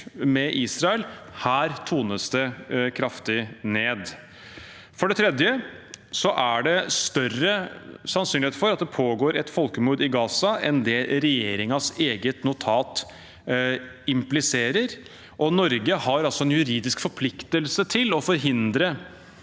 med Israel. Her tones det kraftig ned. For det tredje: Det er større sannsynlighet for at det pågår et folkemord i Gaza enn det regjeringens eget notat impliserer, og Norge har altså en juridisk forpliktelse til å forhindre